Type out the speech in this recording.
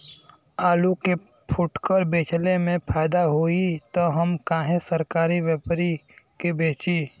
आलू के फूटकर बेंचले मे फैदा होई त हम काहे सरकारी व्यपरी के बेंचि?